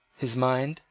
his mind,